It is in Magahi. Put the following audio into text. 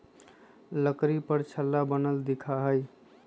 लकड़ी पर छल्ला बनल दिखा हई